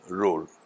role